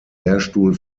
lehrstuhl